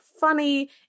funny